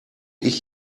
ich